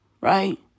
Right